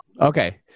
Okay